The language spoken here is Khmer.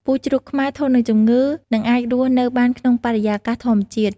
ពូជជ្រូកខ្មែរ ធន់នឹងជំងឺ និងអាចរស់នៅបានក្នុងបរិយាកាសធម្មជាតិ។